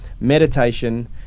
meditation